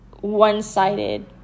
one-sided